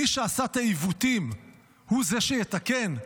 מי שעשה את העיוותים הוא זה שיתקן?